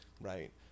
right